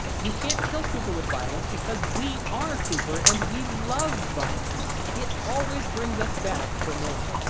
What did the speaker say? you can't kill cooper with violence, because we are cooper and we love violence! it always brings us back for more.